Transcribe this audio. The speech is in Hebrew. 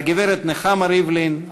הגברת נחמה ריבלין,